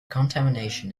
contamination